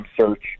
search